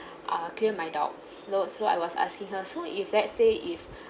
uh clear my doubts loads know I was asking her so if let's say if